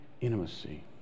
intimacy